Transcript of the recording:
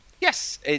Yes